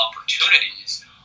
opportunities